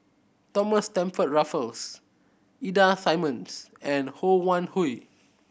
Thomas Stamford Raffles Ida Simmons and Ho Wan Hui